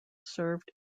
served